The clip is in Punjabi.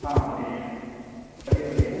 ਹਾਂ ਵਧੀਆ ਵਧੀਆ ਵਧੀਆ